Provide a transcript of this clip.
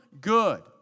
good